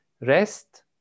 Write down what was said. rest